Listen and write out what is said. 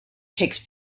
takes